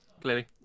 clearly